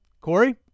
Corey